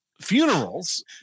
funerals